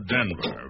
Denver